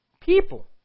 People